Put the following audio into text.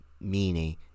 meaning